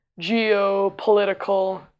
geopolitical